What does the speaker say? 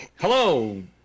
hello